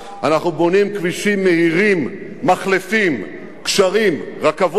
אנחנו בונים כבישים מהירים, מחלפים, גשרים, רכבות,